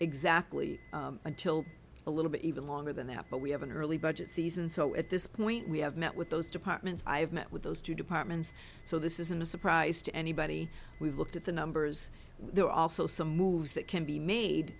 exactly until a little bit even longer than that but we have an early budget season so at this point we have met with those departments i've met with those two departments so this isn't a surprise to anybody we've looked at the numbers there are also some moves that can be made